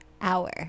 hour